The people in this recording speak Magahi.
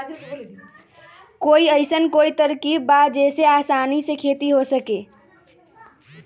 कोई अइसन कोई तरकीब बा जेसे आसानी से खेती हो सके?